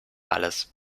alles